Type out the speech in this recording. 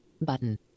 Button